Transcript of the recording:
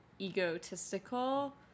egotistical